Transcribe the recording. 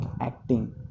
acting